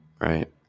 right